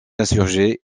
insurgés